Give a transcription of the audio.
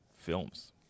films